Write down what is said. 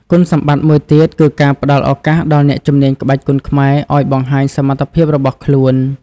គុណសម្បត្តិមួយទៀតគឺការផ្ដល់ឱកាសដល់អ្នកជំនាញក្បាច់គុនខ្មែរឲ្យបង្ហាញសមត្ថភាពរបស់ខ្លួន។